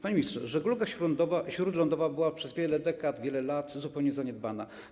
Panie ministrze, żegluga śródlądowa była przez wiele dekad, wiele lat zupełnie zaniedbana.